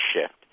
shift